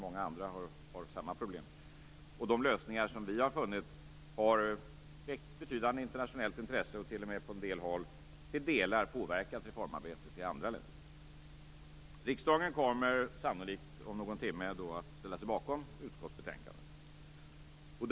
Många andra har samma problem, och de lösningar som vi har funnit har väckt betydande internationellt intresse. De har t.o.m. delvis påverkat reformarbetet i en del andra länder. Riksdagen kommer sannolikt om någon timme att ställa sig bakom utskottsbetänkandet.